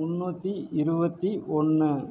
முன்னூற்றி இருவத்து ஒன்று